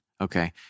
Okay